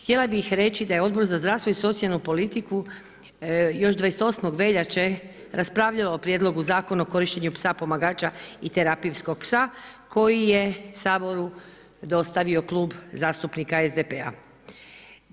Htjela bi reći da je Odbora za zdravstvo i socijalnu politiku još 28. veljače raspravljalo o prijedlogu Zakona o korištenju psa pomagača i terapijskog psa, koji je Saboru dostavio Klub zastupnika SDP-a.